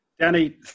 Danny